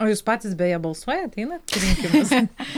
o jūs patys beje balsuojat einat į rinkimus